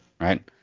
right